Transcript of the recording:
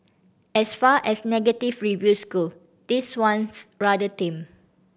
as far as negative reviews go this one's rather tame